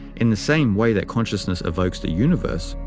in the same way that consciousness evokes the universe,